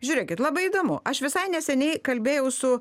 žiūrėkit labai įdomu aš visai neseniai kalbėjau su